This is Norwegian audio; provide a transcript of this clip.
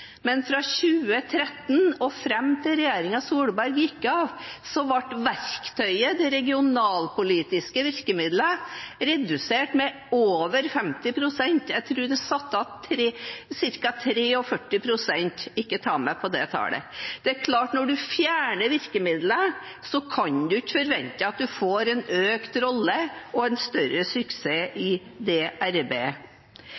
men fra 2013 og fram til regjeringen Solberg gikk av, ble verktøyet, de regionalpolitiske virkemidlene, redusert med over 50 pst. Jeg tror det var igjen ca. 43 pst. – ikke ta meg på det tallet. Det er klart at når en fjerner virkemidlene, kan en ikke forvente at en får en økt rolle og en større suksess